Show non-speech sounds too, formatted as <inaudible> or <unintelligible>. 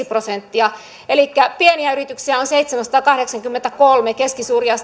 <unintelligible> prosenttia ja pieniä yrityksiä on seitsemänsataakahdeksankymmentäkolme keskisuuria <unintelligible>